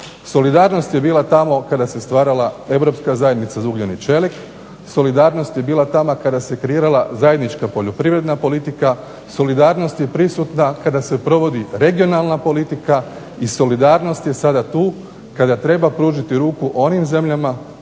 Solidarnost je bila tamo kada se stvarala Europska zajednica za ugljen i čelik, solidarnost je bila tamo kada se kreirala zajednička poljoprivredna politika, solidarnost je prisutna kada se provodi regionalna politika i solidarnost je sada tu kada treba pružiti ruku onim zemljama